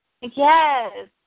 Yes